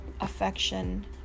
affection